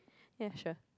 ya sure